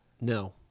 no